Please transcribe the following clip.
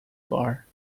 bar